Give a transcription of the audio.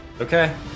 Okay